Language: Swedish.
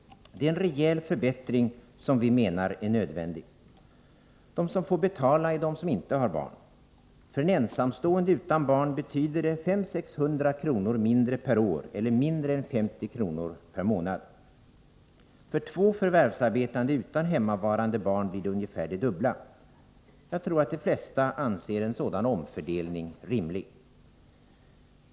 Det är en rejäl förbättring, som vi menar är nödvändig. De som får betala är de som inte har barn. För en ensamstående utan barn betyder det 500-600 kr. mindre per år eller mindre än 50 kr. per månad. För två förvärvsarbetande utan hemmavarande barn blir det ungefär det dubbla. Jag tror att de flesta anser en sådan omfördelning rimlig.